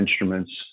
Instruments